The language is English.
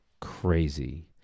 Crazy